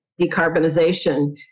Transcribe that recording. decarbonization